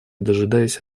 дожидаясь